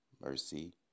mercy